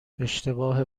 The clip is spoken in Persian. اشتباه